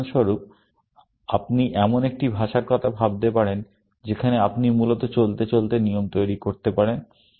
উদাহরণস্বরূপ আপনি এমন একটি ভাষার কথা ভাবতে পারেন যেখানে আপনি মূলত চলতে চলতে নিয়ম তৈরি করতে পারেন